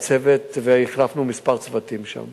החלפנו כמה צוותים שם